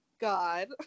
god